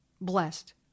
Blessed